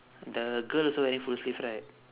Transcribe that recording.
the girl also wearing full sleeve right